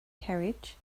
carriage